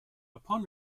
upon